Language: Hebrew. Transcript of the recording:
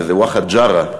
וזה ואחד ג'ארה,